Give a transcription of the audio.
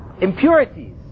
impurities